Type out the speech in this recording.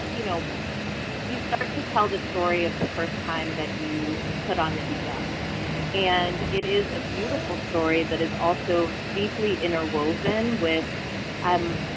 you know you start to tell the story of the first time that you put on the hijab and it is a beautiful story that is also deeply inner woven with um,